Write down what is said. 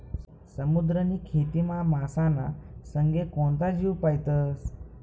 समुद्रनी खेतीमा मासाना संगे कोणता जीव पायतस?